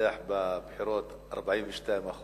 ניצח בבחירות עם 42%,